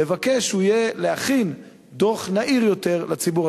לבקש להכין דוח נהיר יותר לציבור.